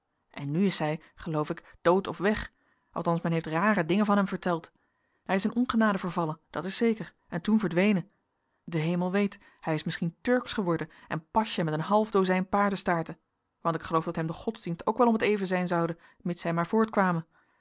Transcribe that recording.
en nu is hij geloof ik dood of weg althans men heeft rare dingen van hem verteld hij is in ongenade vervallen dat is zeker en toen verdwenen de hemel weet hij is misschien turksch geworden en pacha met een half dozijn paardenstaarten want ik geloof dat hem de godsdienst ook wel om t even zijn zoude mits hij maar voortkwame